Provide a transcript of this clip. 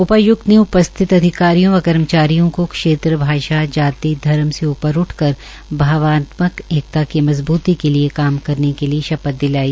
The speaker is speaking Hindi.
उपाय्क्त ने उपस्थित अंधिकारियों व कर्मचारियों को क्षेत्र भाषाजाति धर्म से ऊपर उठकर भावान्तमक एकता की मजबूती के लिए काम करने की शपथ दिलाई